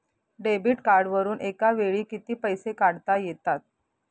Debit कार्डवरुन एका वेळी किती पैसे काढता येतात?